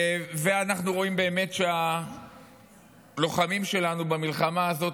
אנחנו רואים שהלוחמים שלנו במלחמה הזאת,